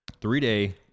three-day